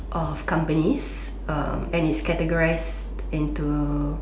of companies um and it's categorised into